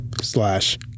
Slash